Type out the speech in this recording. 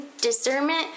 discernment